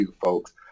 folks